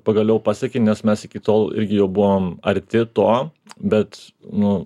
pagaliau pasiekėm nes mes iki tol irgi jau buvom arti to bet nu